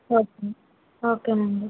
okay okay అండి